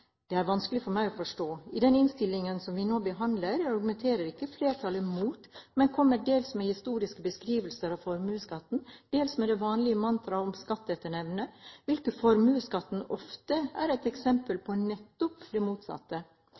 Det er vanskelig for meg å forstå. I den innstillingen som vi nå behandler, argumenterer ikke flertallet mot, men kommer dels med historiske beskrivelser av formuesskatten, dels med det vanlige mantraet om skatt etter evne – der formuesskatten ofte er et eksempel på nettopp det motsatte